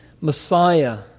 Messiah